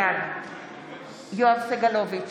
בעד יואב סגלוביץ'